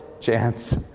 Chance